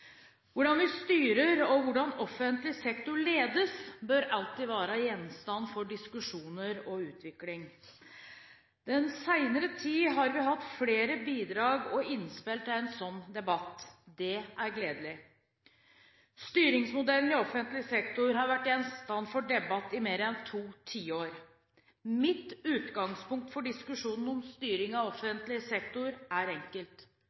Hvordan vi styrer, og hvordan offentlig sektor ledes, bør alltid være gjenstand for diskusjoner og utvikling. Den senere tid har vi hatt flere bidrag og innspill til en slik debatt. Det er gledelig. Styringsmodeller i offentlig sektor har vært gjenstand for debatt i mer enn to tiår. Mitt utgangspunkt for diskusjonen om styring av offentlig sektor er enkelt: